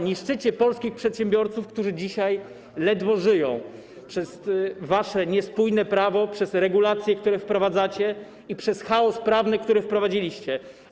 Niszczycie polskich przedsiębiorców, którzy dzisiaj ledwo żyją, przez wasze niespójne prawo, przez regulacje, które wprowadzacie, i przez chaos prawny, który wprowadziliście.